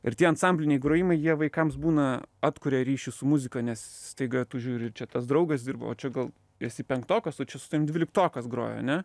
ir tie ansambliniai grojimai jie vaikams būna atkuria ryšį su muzika nes staiga tu žiūri čia tas draugas dirba o čia gal esi penktokas o čia su tavim dvyliktokas groja ane